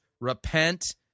repent